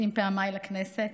לשים פעמיי לכנסת